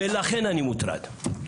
ולכן אני מוטרד.